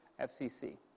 FCC